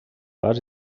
bars